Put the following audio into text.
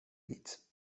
nic